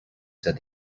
said